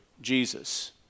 Jesus